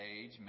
age